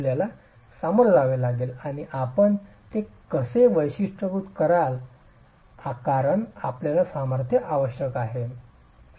आपल्याला सामोरे जावे लागेल आणि आपण ते कसे वैशिष्ट्यीकृत कराल कारण आपल्याला सामर्थ्य आवश्यक आहे